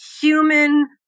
human